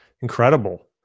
Incredible